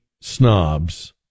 snobs